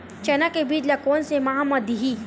चना के बीज ल कोन से माह म दीही?